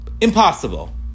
Impossible